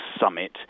summit